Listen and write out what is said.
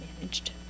managed